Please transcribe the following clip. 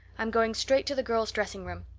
i'm going straight to the girls' dressing room.